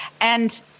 And-